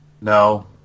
no